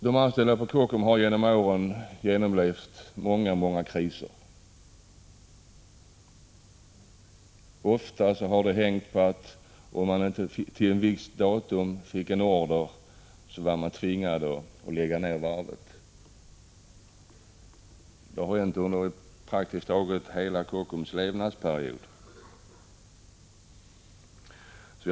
De anställda har under åren genomlevt många kriser. Ofta har varvets framtid hängt på att man före ett visst datum fått en order. Så har det varit vid Kockums under praktiskt taget hela verksamhetsperioden.